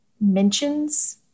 mentions